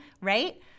right